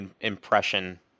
impression